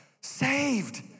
saved